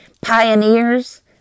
Pioneers